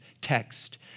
text